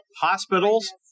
Hospitals